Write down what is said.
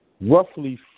roughly